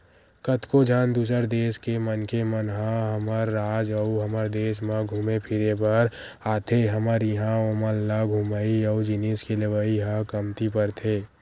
कतको झन दूसर देस के मनखे मन ह हमर राज अउ हमर देस म घुमे फिरे बर आथे हमर इहां ओमन ल घूमई अउ जिनिस के लेवई ह कमती परथे